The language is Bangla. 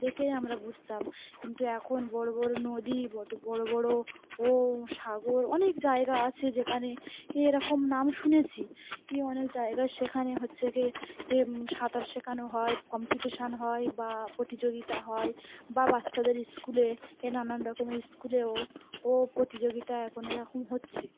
দেখেই আমরা বুঝতাম কিন্তু এখন বড়ো বড়ো নদী বড়ো বড়ো পুল ও সাগর অনেক জায়গা আছে যেখানে তো এরকম নাম শুনেছি ই অনেক জায়গা সেখানে হচ্ছে গ এ সাঁতার শেখানো হয় কম্পিটিশান হয় বা প্রতিযোগিতা হয় বা বাচ্চাদের স্কুলে এ নানান রকমের স্কুলেও ও প্রতিযোগিতা এখন এরকম হচ্ছে